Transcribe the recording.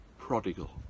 prodigal